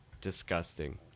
Disgusting